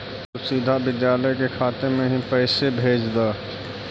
तु सीधा विद्यालय के खाते में ही पैसे भेज द